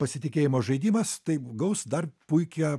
pasitikėjimo žaidimas taip gaus dar puikią